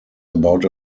about